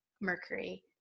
Mercury